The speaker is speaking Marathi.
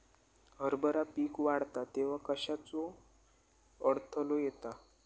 हरभरा पीक वाढता तेव्हा कश्याचो अडथलो येता?